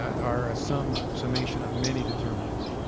are a sum sum makings of many determinants.